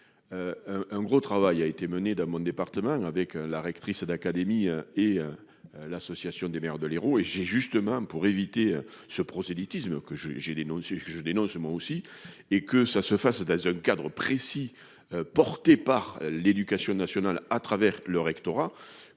Un gros travail a été menée dans mon département avec la rectrice d'académie et. L'Association des maires de l'Hérault et j'ai justement pour éviter ce prosélytisme que j'ai, j'ai dénoncé ce que je dénonce moi aussi et que ça se fasse dans un cadre précis, porté par l'éducation nationale à travers le rectorat